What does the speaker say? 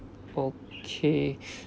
okay